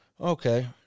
Okay